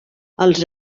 els